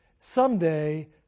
someday